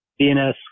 DNS